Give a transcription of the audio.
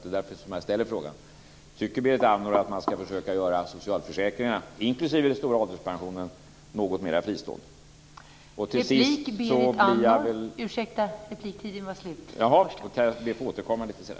Det är därför jag ställer frågan: Tycker Berit Andnor att man ska försöka göra socialförsäkringarna, inklusive den stora ålderspensionen, något mer fristående? Jag ska återkomma lite senare med nästa fråga.